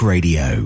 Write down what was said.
Radio